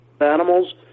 animals